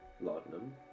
laudanum